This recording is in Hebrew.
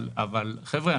אבל חבר'ה,